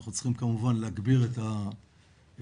אנחנו צריכים כמובן להגביר את התפוקות.